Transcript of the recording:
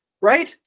right